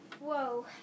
Whoa